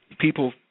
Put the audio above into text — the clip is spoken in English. people